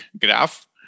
graph